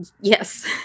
Yes